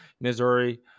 Missouri